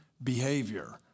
behavior